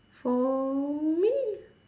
for me